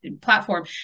platform